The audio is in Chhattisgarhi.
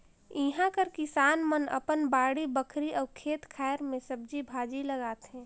इहां कर किसान मन अपन बाड़ी बखरी अउ खेत खाएर में सब्जी भाजी लगाथें